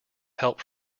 help